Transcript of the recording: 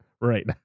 right